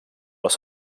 los